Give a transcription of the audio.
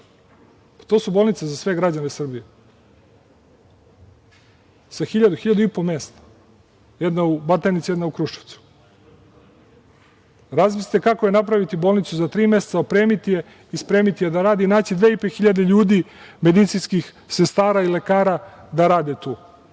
To su bolnice za sve građane Srbije, sa 1000, 1500 mesta, jedna u Batajnici, jedna u Kruševcu. Razmislite kako je napraviti bolnicu za tri meseca, opremiti je i spremiti je da radi, naći 2.500 ljudi, medicinskih sestara i lekara da rade tu,